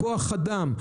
בכוח אדם,